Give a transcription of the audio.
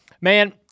Man